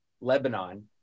lebanon